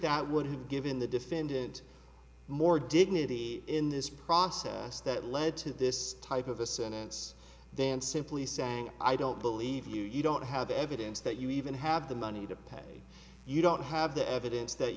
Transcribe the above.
that would have given the defendant more dignity in this process that led to this type of a sentence than simply sang i don't believe you you don't have evidence that you even have the money to pay you don't have the evidence that